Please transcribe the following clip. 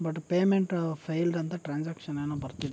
but payment failed ಅಂತ transaction ಏನೋ ಬರ್ತಿದೆ